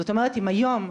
זאת אומרת, אם היום,